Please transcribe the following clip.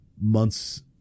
months